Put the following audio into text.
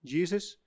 Jesus